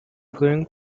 going